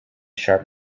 sharp